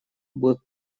будут